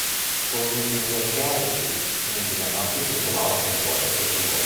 kauniečiai žotkevičiai šventinę naktį susilaukė antrosios atžalos